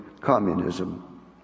communism